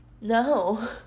no